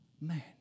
man